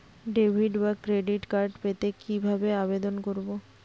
Debit বা credit card পেতে কি ভাবে আবেদন করব?